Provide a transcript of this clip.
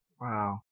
Wow